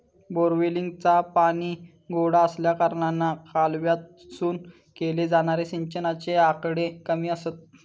बोअरवेलीचा पाणी गोडा आसल्याकारणान कालव्यातसून केले जाणारे सिंचनाचे आकडे कमी आसत